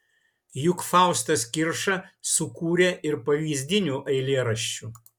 juk faustas kirša sukūrė ir pavyzdinių eilėraščių